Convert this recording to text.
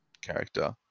character